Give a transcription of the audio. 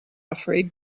afraid